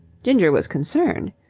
ginger was concerned.